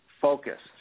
focused